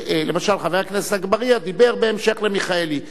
למשל, חבר הכנסת אגבאריה דיבר בהמשך למיכאלי.